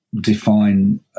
define